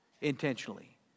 intentionally